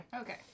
okay